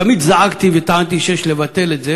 תמיד זעקתי וטענתי שיש לבטל את זה